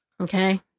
okay